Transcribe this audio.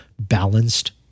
balanced